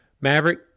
Maverick